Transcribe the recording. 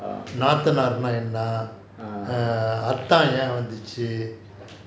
நாத்தனார் னா என்ன:naathanaar naa enna err err அதான் ஏன் வந்துச்சி:athaan yaen vanthuchi